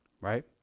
Right